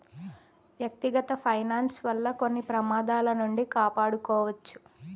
వ్యక్తిగత ఫైనాన్స్ వల్ల కొన్ని ప్రమాదాల నుండి కాపాడుకోవచ్చు